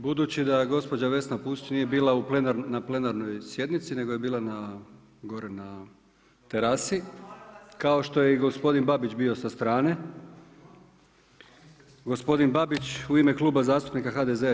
Budući da gospođa Vesna Pusić nije bila na plenarnoj sjednici, nego je bila gore na terasi, kao što je i gospodin Babić bio sa strane, gospodin Babić u ime Kluba zastupnika HDZ-a.